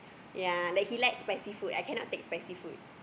ya like he like spicy food I cannot take spicy food